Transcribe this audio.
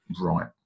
right